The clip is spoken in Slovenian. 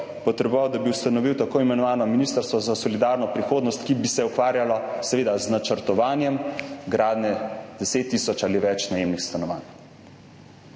potreboval, da bi ustanovil tako imenovano ministrstvo za solidarno prihodnost, ki bi se ukvarjalo, seveda, z načrtovanjem gradnje 10 tisoč ali več najemnih stanovanja.